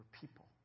people